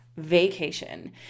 vacation